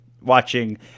watching